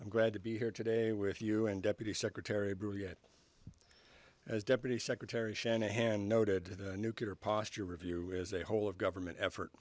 i'm glad to be here today with you and deputy secretary breaux yet as deputy secretary shanahan noted the nuclear posture review as a whole of government effort